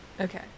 Okay